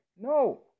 No